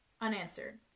Unanswered